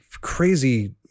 crazy